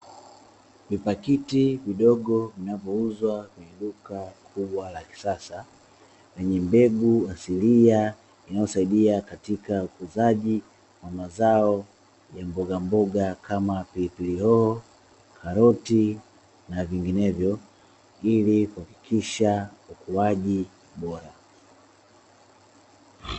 Vipakiti vidogo vinavyouzwa katika duka kubwa la kisasa vyenye mbegu asilia vinavyosaidia katika ukuzaji wa mazao ya mboga mboga kama pilipili hoho, karoti na vinginevyo ili kuhakikisha ukuaji bora.